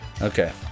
Okay